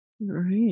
Right